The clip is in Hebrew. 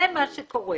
זה מה שקורה.